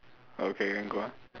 okay then go on